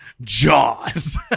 jaws